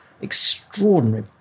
extraordinary